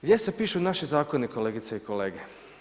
Gdje se pišu naši zakoni, kolegice i kolege?